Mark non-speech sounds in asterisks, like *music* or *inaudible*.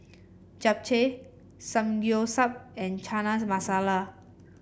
Japchae Samgyeopsal and *unintelligible* Masala